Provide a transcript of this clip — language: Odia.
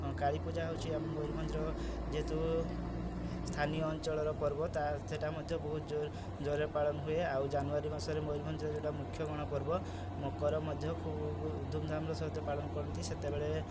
କାଳୀପୂଜା ହୋଉଚି ଆମ ମୟୂରଭଞ୍ଜର ଯେହେତୁ ସ୍ଥାନୀୟ ଅଞ୍ଚଳର ପର୍ବ ମଧ୍ୟ ସେଟା ବହୁତ ଜୋର ଜୋରରେ ପାଳନ ହୁଏ ଆଉ ଜାନୁଆରୀ ମାସରେ ମୟୂରଭଞ୍ଜ ଜିଲ୍ଲାର ମୁଖ୍ୟ ଗଣ ପର୍ବ ମକର ମଧ୍ୟ ଖୁବ୍ ଧୂମଧାମର ସହିତ ପାଳନ କରନ୍ତି ସେତେବେଳେ